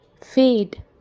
Fade